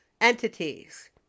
entities